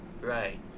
Right